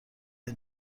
این